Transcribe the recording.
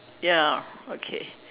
ya okay